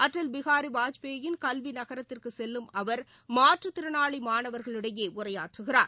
அடல் பிஹாரி வாஜ்பேயின் கல்வி நகரத்திற்குச் செல்லும் அவர் மாற்றுத்திறனாளி மாணவர்களிடையே உரையாற்றுகிறார்